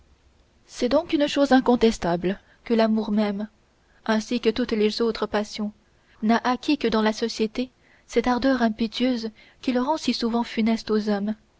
c'est donc une chose incontestable que l'amour même ainsi que toutes les autres passions n'a acquis que dans la société cette ardeur impétueuse qui le rend si souvent funeste aux hommes